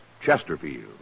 Chesterfield